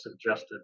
suggested